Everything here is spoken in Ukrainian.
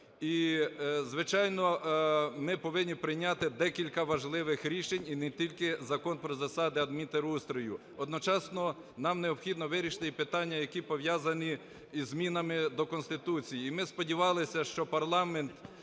І, звичайно, ми повинні прийняти декілька важливих рішень, і не тільки Закон про засади адмінтерустрою, одночасно нам необхідно вирішити і питання, які пов'язані із змінами до Конституції. І ми сподівалися, що парламент